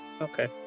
Okay